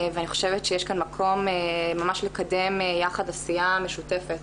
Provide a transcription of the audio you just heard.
ואני חושבת שיש כאן מקום ממש לקדם יחד עשייה משותפת.